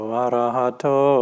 arahato